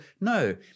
no